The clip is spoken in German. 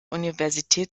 universität